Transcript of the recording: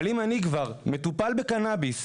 אבל אם אני כבר מטופל בקנביס,